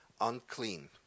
unclean